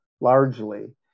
largely